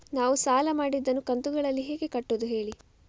ನಾವು ಸಾಲ ಮಾಡಿದನ್ನು ಕಂತುಗಳಲ್ಲಿ ಹೇಗೆ ಕಟ್ಟುದು ಹೇಳಿ